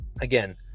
again